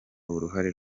uruhare